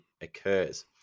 occurs